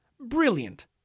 Brilliant